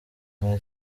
nta